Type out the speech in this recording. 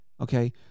Okay